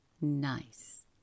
nice